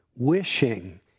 Wishing